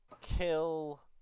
kill